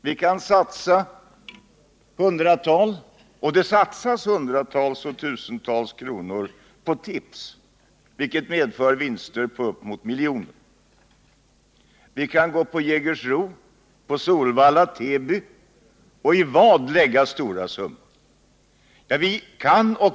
Vi kan satsa hundratals kronor — det satsast.o.m. tusentals kronor — på tips, och det kan ge vinster på uppemot en miljon. Vi kan gå på Jägersro, Solvalla och Täby och vi kan i vadhållning lägga stora summor.